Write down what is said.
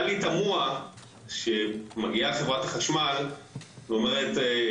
לי תמוה שמגיעה חברת החשמל ואומרת,